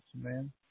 man